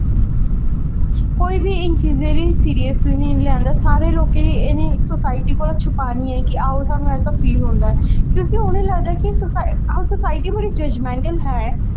कोई बी इ'नें चीजें गी सीरियस नेईं लैंदा सारे लोकें गी एह् सोसाइटी कोला दा छुपाना के हां सानू ऐसा फील होंदा ऐ क्योंकि उ'नें गी लगदा ऐ कि सोसाइटी बड़ा जजमैंटल ऐ